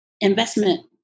investment